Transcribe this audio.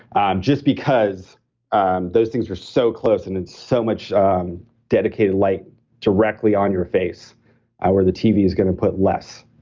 and just because and those things are so close and it's so much um dedicated like directly on your face where the tv is going to put less.